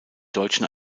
deutschen